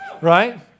right